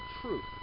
truth